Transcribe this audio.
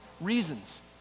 reasons